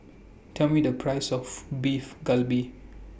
Tell Me The Price of Beef Galbi